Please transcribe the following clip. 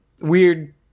weird